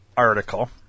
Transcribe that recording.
Article